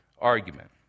argument